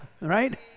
right